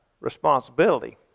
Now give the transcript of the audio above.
responsibility